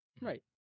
Right